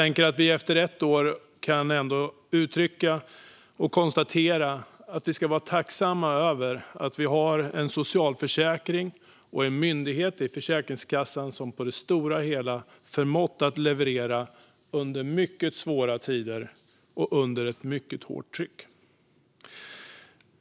Nu efter ett år kan vi nog ändå konstatera att vi ska vara tacksamma över att vi har en socialförsäkring och en myndighet i Försäkringskassan som på det stora hela förmått att leverera under mycket svåra tider och under hårt tryck.